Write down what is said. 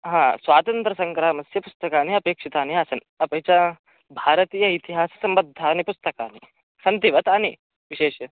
हा स्वातन्त्रसङ्ग्रामस्य पुस्तकानि अपेक्षितानि आसन् अपि च भारतीयइतिहाससम्बद्धानि पुस्तकानि सन्ति वा तानि विशेष्य